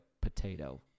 potato